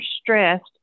stressed